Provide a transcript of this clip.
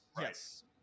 yes